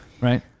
Right